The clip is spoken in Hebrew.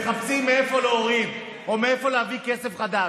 מחפשים מאיפה להוריד או מאיפה להביא כסף חדש.